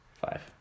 Five